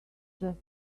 just